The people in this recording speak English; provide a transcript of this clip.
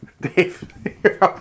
Dave